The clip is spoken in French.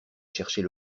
chercher